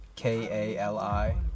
K-A-L-I